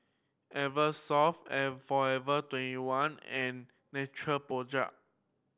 Eversoft Forever Twenty one and Natural Project